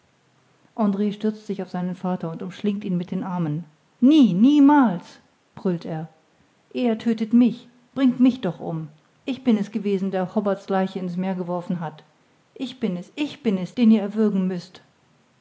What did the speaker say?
andr stürzt sich auf seinen vater und umschlingt ihn mit den armen nie niemals brüllt er eher tödtet mich bringt mich doch um ich bin es gewesen der hobbart's leiche in's meer geworfen hat ich bin es ich bin es den ihr erwürgen müßt